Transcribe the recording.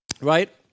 right